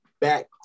back